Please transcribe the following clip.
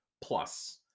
Plus